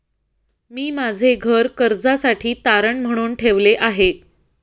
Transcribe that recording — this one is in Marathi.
मी माझे घर कर्जासाठी तारण म्हणून ठेवले आहे